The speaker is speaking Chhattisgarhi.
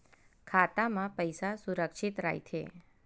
खाता मा पईसा सुरक्षित राइथे?